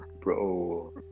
bro